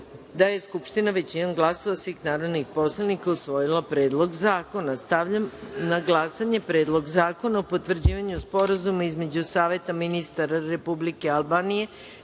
da je Skupština većinom glasova svih narodnih poslanika usvojila Predlog zakona. Stavljam na glasanje Predlog zakona o potvrđivanju Sporazuma između Saveta ministara Republike Albanije,